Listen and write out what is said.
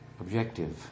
objective